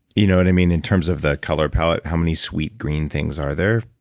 you know what i mean, in terms of the color palette, how many sweet green things are there?